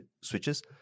switches